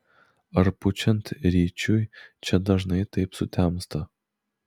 ar pučiant ryčiui čia dažnai taip sutemsta